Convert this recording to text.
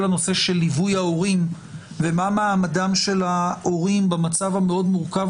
הנושא של ליווי ההורים ומה מעמדם של ההורים במצב המורכב